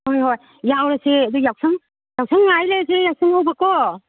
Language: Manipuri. ꯍꯣꯏ ꯍꯣꯏ ꯌꯥꯎꯔꯁꯦ ꯑꯗꯣ ꯌꯥꯎꯁꯪ ꯌꯥꯎꯁꯪ ꯉꯥꯏ ꯂꯩꯔꯁꯦ ꯌꯥꯎꯁꯪ ꯌꯥꯎꯕꯀꯣ